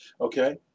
Okay